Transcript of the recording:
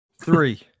Three